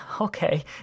okay